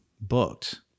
booked